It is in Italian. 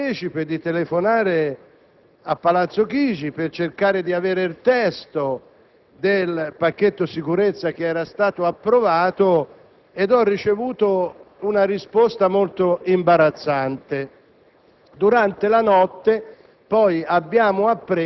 Ieri sera mi sono fatto immediatamente partecipe: ho telefonato a Palazzo Chigi per cercare di avere il testo del pacchetto sicurezza che era stato approvato ed ho ricevuto una risposta molto imbarazzante.